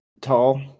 tall